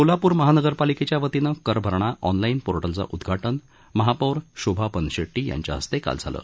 सोलाप्र महानगरपालिकेच्या वतीनं कर भरणा ऑनलाईन पोर्टलचं उदधाटन महापौर शोभा बनशेट्टी यांच्या हस्ते काल झालं